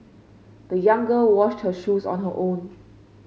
the young girl washed her shoes on her own